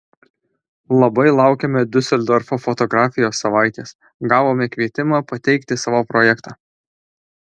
labai laukiame diuseldorfo fotografijos savaitės gavome kvietimą pateikti savo projektą